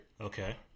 Okay